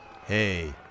Hey